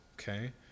okay